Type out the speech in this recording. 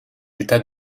états